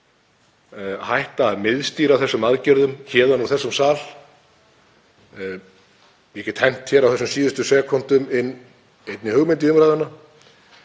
hættum að miðstýra þessum aðgerðum héðan úr þessum sal. Ég get á þessum síðustu sekúndum hent inn einni hugmynd í umræðuna,